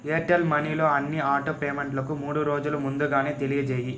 Airtel మనీలో అన్ని auto పేమెంట్లకు మూడు రోజులు ముందుగానే తెలియజేయి